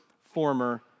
former